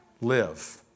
live